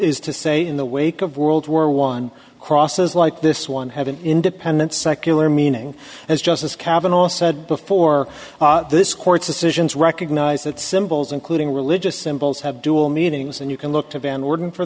is to say in the wake of world war one crosses like this one have an independent secular meaning as justice kavanagh said before this court's decisions recognize that symbols including religious symbols have dual meanings and you can look to van orden for